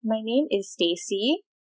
my name is stacey